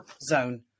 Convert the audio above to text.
zone